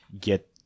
get